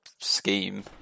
scheme